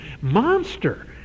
monster